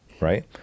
right